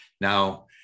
Now